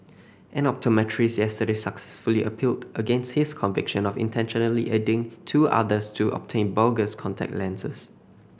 an optometrist yesterday successfully appealed against his conviction of intentionally aiding two others to obtain bogus contact lenses